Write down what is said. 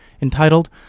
entitled